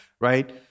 right